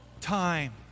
time